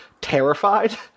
terrified